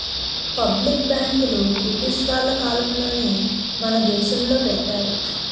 public బ్యాంకులు British వాళ్ళ కాలంలోనే మన దేశంలో పెట్టారు